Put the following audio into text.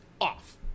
off